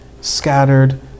scattered